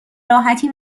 راحتی